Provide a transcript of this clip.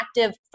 active